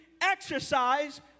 exercise